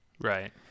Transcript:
right